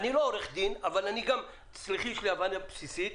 אני לא עורך דין, אבל יש לי הבנה בסיסית.